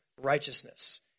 righteousness